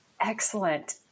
Excellent